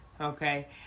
okay